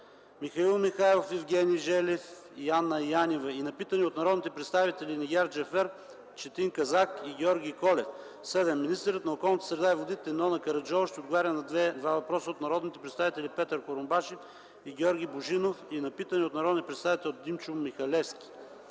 Михаил Михайлов, Евгений Желев и Анна Янева и на питане от народните представители Нигяр Джафер, Четин Казак и Георги Колев. Министърът на околната среда и водите Нона Караджова ще отговори на два въпроса от народните представители Петър Курумбашев и Георги Божинов и на питане от народния представител Димчо Михалевски.